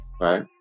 right